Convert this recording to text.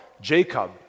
Jacob